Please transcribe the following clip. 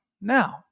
now